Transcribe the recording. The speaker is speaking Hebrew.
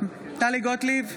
טלי גוטליב,